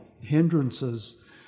hindrances